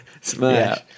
Smash